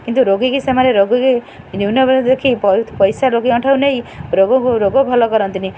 କିନ୍ତୁ ରୋଗୀକି ସେମାନେ ରୋଗୀକି ନ୍ୟୁନ ବେଳେ ଦେଖି ପଇସା ରୋଗୀଙ୍କଠାରୁ ନେଇ ରୋଗକୁ ରୋଗ ଭଲ କରନ୍ତିନି